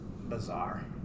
bizarre